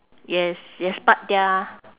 yes yes but their